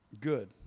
good